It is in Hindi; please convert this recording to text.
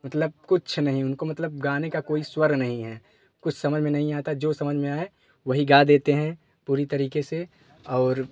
मतलब कुछ नहीं है उनको मतलब गाने का कोई स्वर नहीं है कुछ समझ में नहीं आता है जो समझ में आए वही गा देते हैं पूरी तरीके से और